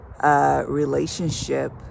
relationship